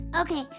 Okay